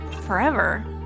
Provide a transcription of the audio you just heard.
forever